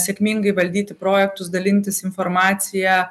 sėkmingai valdyti projektus dalintis informacija